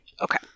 Okay